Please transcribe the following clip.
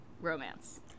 romance